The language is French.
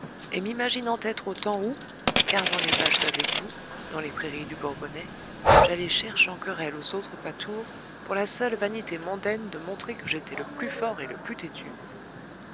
et m'imaginant être au temps où gardant les vaches avec vous dans les prairies du bourbonnais j'allais cherchant querelle aux autres pâtours pour la seule vanité mondaine de montrer que j'étais le plus fort et le plus têtu